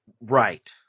Right